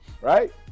right